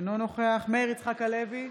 אינו נוכח מאיר יצחק הלוי,